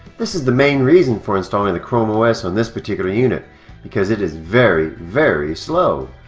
this is the main reason for installing the chrome os on this particular unit because it is very very slow